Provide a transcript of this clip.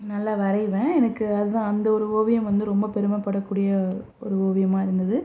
நல்லா வரைவேன் எனக்கு அதுதான் அந்த ஒரு ஓவியம் வந்து ரொம்ப பெருமைப்படக்கூடிய ஒரு ஓவியமாக இருந்தது